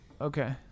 Okay